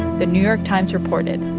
the new york times reported,